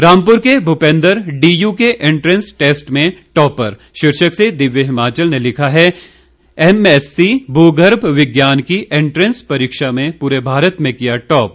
रामपुर के भूपेंद्र डीयू के entrance test में टॉपर शीर्षक से दिव्य हिमाचल ने लिखा है एमएससी भू गर्म विज्ञान की एंट्रेस परीक्षा में पूरे भारत में किया टॉप